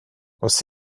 você